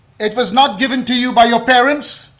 it was not given to you by your parents.